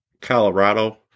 Colorado